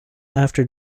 after